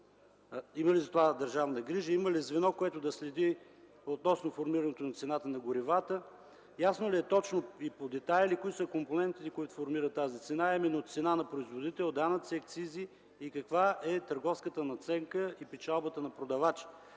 Има ли за това държавна грижа? Има ли звено, което да следи формирането цената на горивата? Ясно ли е точно и по детайли кои са компонентите, които формират тази цена, а именно цената на производител, данъци, акцизи? Каква е търговската надценка и печалбата на продавача?